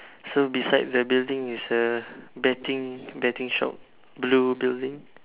so beside the building is a betting betting shop blue building